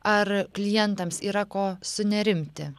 ar klientams yra ko sunerimti